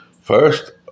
first